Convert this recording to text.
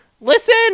Listen